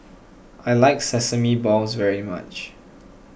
I like Sesame Balls very much